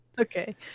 okay